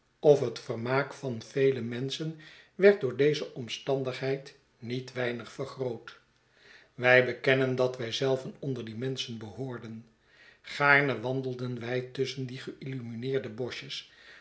of het vermaak van vele menschen werd door deze omstandigheid niet weinig vergroot wij bekennen dat wij zelven onder die menschen behoorden gaarne wandelden wij tusschen die geillumineerde boschj